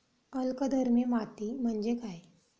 अल्कधर्मी माती म्हणजे काय?